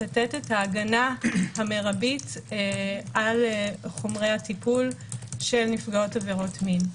לתת את ההגנה המרבית על חומרי הטיפול של נפגעות עבירות מין.